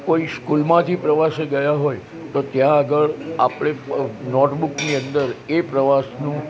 કોઈ સ્કૂલમાંથી પ્રવાસે ગયા હોય તો ત્યાં આગળ આપણે નોટબુકની અંદર એ પ્રવાસનું